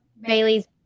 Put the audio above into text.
Bailey's